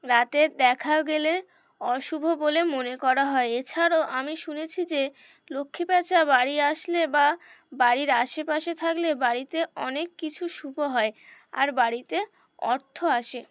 রাতে দেখা গেলে অশুভ বলে মনে করা হয় এছাড়াও আমি শুনেছি যে লক্ষ্মীপেঁচা বাড়ি আসলে বা বাড়ির আশেপাশে থাকলে বাড়িতে অনেক কিছু শুভ হয় আর বাড়িতে অর্থ আসে